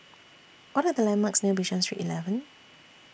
What Are The landmarks near Bishan Street eleven